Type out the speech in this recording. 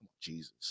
Jesus